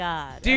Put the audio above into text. God